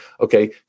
Okay